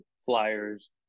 flyers